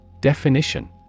Definition